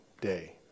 day